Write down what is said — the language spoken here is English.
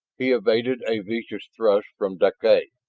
he evaded a vicious thrust from deklay.